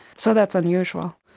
so that's unusual.